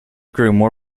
grew